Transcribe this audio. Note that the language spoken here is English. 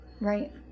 Right